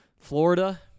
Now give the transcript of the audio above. Florida